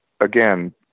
again